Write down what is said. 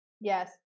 Yes